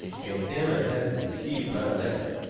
and emma hadn't received my letter,